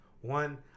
One